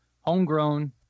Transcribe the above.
homegrown